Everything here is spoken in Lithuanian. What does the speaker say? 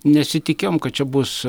nesitikėjom kad čia bus